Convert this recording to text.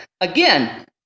again